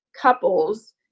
couples